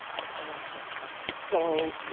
i'll ask those questions. so,